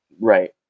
right